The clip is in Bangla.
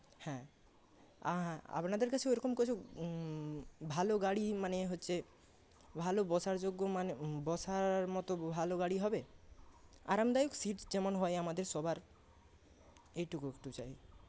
হ্যাঁ আর হ্যাঁ আপনাদের কাছে ওরম কিছু ভালো গাড়ি মানে হচ্ছে ভালো বসার যোগ্য মানে বসার মতো ভালো গাড়ি হবে আরামদায়ক সিট যেমন হয় আমাদের সবার এইটুকু একটু চাই